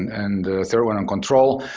and the third one on control.